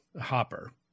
hopper